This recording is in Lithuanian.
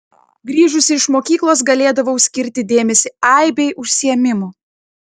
grįžusi iš mokyklos galėdavau skirti dėmesį aibei užsiėmimų